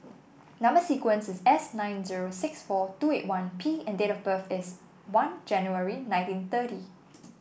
number sequence is S nine zero six four two eight one P and date of birth is one January nineteen thirty